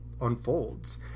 unfolds